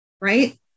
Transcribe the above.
right